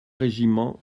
régiments